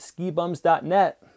SkiBums.net